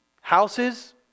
Houses